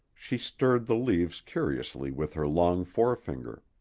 she stirred the leaves curiously with her long forefinger.